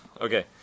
okay